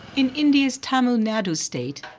in india's tamil nadu state,